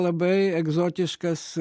labai egzotiškas